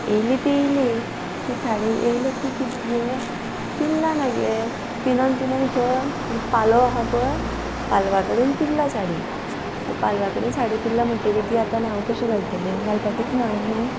येयली ती येयली ती साडी येयली ती किदें गे पिनल्लां ना गे पिनोन पिनोन खंय पालोव आहा पय पालवा कडेन पिनल्ला साडी आनी पालवा कडेन साडी पिनल्ला म्हणटगी ती आतां आ हांव कशें घालतलें घालपाकूच मेळना न्हू